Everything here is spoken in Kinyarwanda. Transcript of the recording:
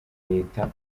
leta